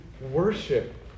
worship